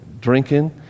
drinking